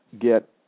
get